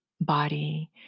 body